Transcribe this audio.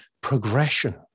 progression